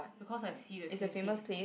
because I see the same seat